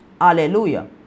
Hallelujah